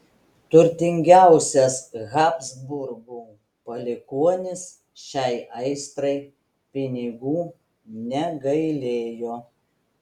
turtingiausias habsburgų palikuonis šiai aistrai pinigų negailėjo